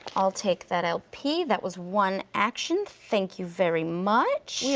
i'll take that lp, that was one action, thank you very much. yeah